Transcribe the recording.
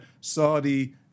Saudi